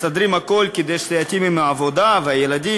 מסדרים הכול כדי שזה יתאים עם העבודה והילדים,